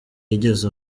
yigeze